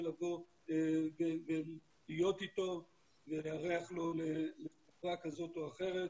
לבוא ולהיות איתו ולארח לו לחברה כזאת או אחרת,